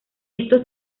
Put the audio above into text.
estos